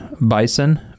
bison